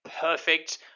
perfect